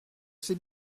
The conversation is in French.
sais